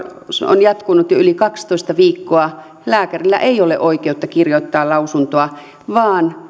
on jatkunut jo yli kaksitoista viikkoa lääkärillä ei ole oikeutta kirjoittaa lausuntoa vaan